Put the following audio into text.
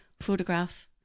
photograph